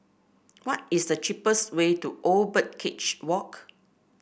what is the cheapest way to Old Birdcage Walk